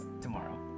tomorrow